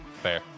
Fair